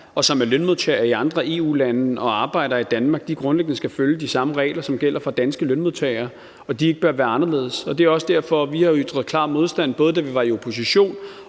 og som er lønmodtagere fra andre EU-lande og arbejder i Danmark, skal følge de samme regler, som gælder for danske lønmodtagere, og at der altså ikke bør være anderledes regler for dem. Det er også derfor, vi har ytret klar modstand, både da vi var i opposition